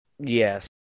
Yes